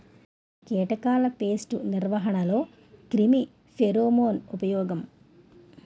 కీటకాల పేస్ట్ నిర్వహణలో క్రిమి ఫెరోమోన్ ఉపయోగం